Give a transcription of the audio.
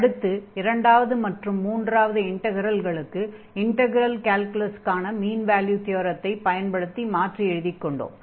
அடுத்து இரண்டாவது மற்றும் மூன்றாவது இன்டக்ரல்களுக்கு இன்டக்ரல் கால்குலஸுக்கான மீண் வேல்யூ தியரத்தை பயன்படுத்தி மாற்றி எழுதிக்கொண்டோம்